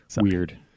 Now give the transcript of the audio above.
weird